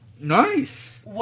Nice